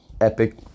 epic